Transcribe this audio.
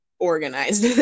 organized